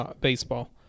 baseball